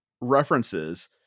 references